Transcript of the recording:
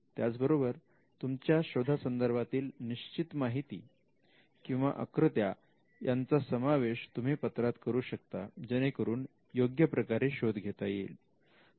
त्याचबरोबर तुमच्या शोधा संदर्भातील निश्चित माहिती किंवा आकृत्या यांचा समावेश तुम्ही पत्रात करू शकता जेणेकरून योग्य प्रकारे शोध घेता येईल